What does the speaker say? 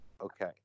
Okay